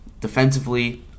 defensively